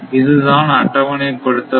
இதுதான் அட்டவணைப்படுத்தப்பட்ட